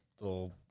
little